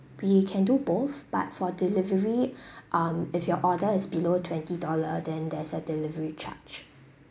we can do both but for delivery um if your order is below twenty dollar then there's a delivery charge